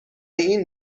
این